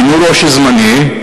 מינו יושב-ראש זמני,